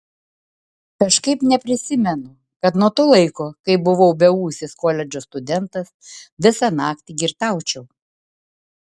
kažkaip neprisimenu kad nuo to laiko kai buvau beūsis koledžo studentas visą naktį girtaučiau